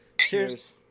Cheers